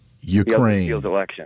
Ukraine